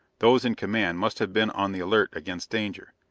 those in command must have been on the alert against danger.